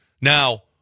Now